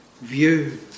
view